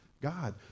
God